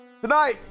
Tonight